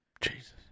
Jesus